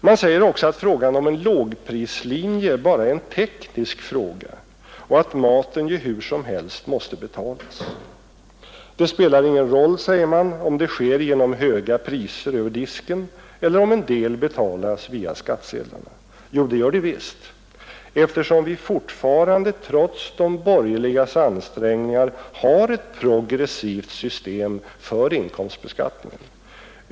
Man säger också att frågan om en lågprislinje bara är en teknisk fråga och att maten ju hur som helst måste betalas. Det spelar ingen roll, säger man, om det sker genom höga priser över disken eller om en del betalas via skattesedlarna. Jo, det gör det visst, eftersom vi fortfarande trots de borgerligas ansträngningar har ett progressivt system för inkomstbeskattningen.